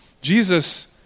Jesus